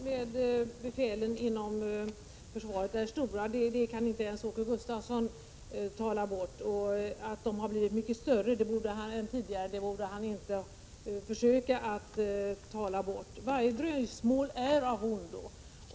Herr talman! Problemen med befälen inom försvaret är stora — det kan inte ens Åke Gustavsson tala bort. Och att de har blivit mycket större än tidigare borde han inte försöka tala bort. Varje dröjsmål är av ondo.